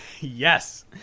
Yes